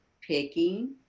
picking